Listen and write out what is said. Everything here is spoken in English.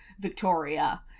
victoria